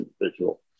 individual